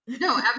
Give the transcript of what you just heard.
no